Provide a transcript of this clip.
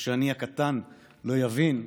ושאני הקטן לא אבין,